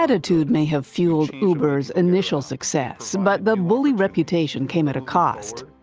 attitude may have fuelled uber's initial success, but the bully reputation came at a cost.